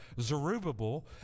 Zerubbabel